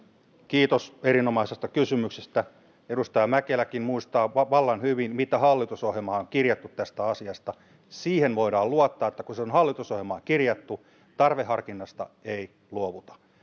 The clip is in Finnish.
kiitos erinomaisesta kysymyksestä edustaja mäkeläkin muistaa vallan hyvin mitä hallitusohjelmaan on kirjattu tästä asiasta siihen voidaan luottaa että kun se on hallitusohjelmaan kirjattu tarveharkinnasta ei luovuta